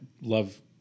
love